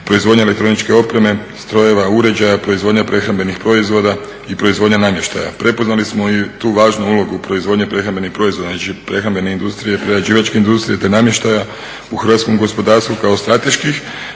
proizvodnja elektroničke opreme, strojeva, uređaja, proizvodnja prehrambenih proizvoda i proizvodnja namještaja. Prepoznali smo i tu važnu ulogu proizvodnje prehrambenih proizvoda, znači prehrambene industrije, prerađivačke industrije te namještaja. U hrvatskom gospodarstvu kao strateških,